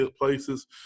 places